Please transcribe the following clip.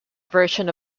version